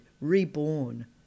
reborn